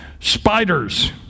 Spiders